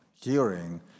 hearing